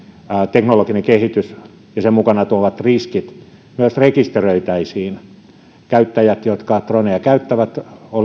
teknologinen kehitys ja sen mukanaan tuomat riskit myös rekisteröitäisiin käyttäjät jotka droneja käyttävät